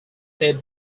set